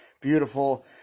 beautiful